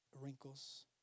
wrinkles